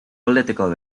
political